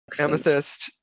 amethyst